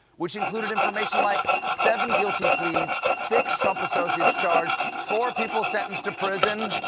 which included information, like seven guilty pleas, six trump associates charged, four people sentenced to prison.